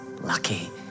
lucky